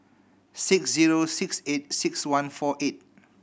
six zero six eight six one four eight